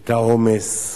את העומס,